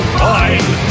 fine